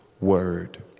word